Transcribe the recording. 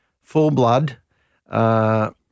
full-blood